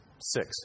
six